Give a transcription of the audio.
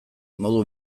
modu